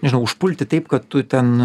nežinau užpulti taip kad tu ten